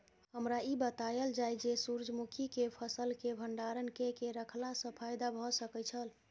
हमरा ई बतायल जाए जे सूर्य मुखी केय फसल केय भंडारण केय के रखला सं फायदा भ सकेय छल?